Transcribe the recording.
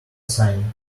sighing